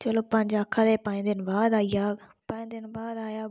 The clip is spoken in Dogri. चलो आखै दे हे पंज दिन बाद आई जाग पंज दिन बाद आया